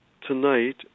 tonight